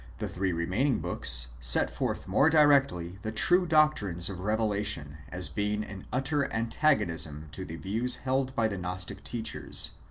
the three remaining books set forth more directly the true doctrines of revelation, as being in utter antagonism to the views held by the gnostic teachers.